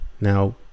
now